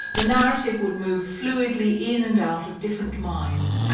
the narrative would move fluidly in and out of different minds,